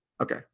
Okay